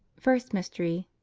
first mystery.